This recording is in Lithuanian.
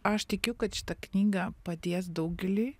aš tikiu kad šita knyga padės daugeliui